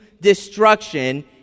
destruction